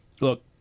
Look